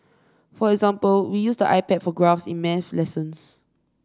for example we use the iPad for graphs in maths lessons